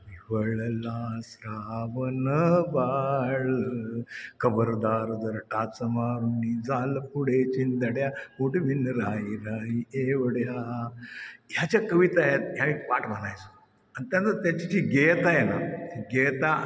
विव्हळला श्रावण बाळ खबरदार जर टाच मारुनी जाल पुढे चिंधड्या उडविन राई राई एवढ्या ह्या ज्या कविता आहेत ह्या एक पाठ म्हणायचो आणि त्यानं त्याची जी गेयता ना ती गेयता